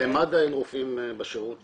למד"א אין רופאים בשירות